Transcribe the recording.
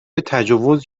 تجاوز